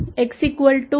X साठी 0